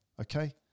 okay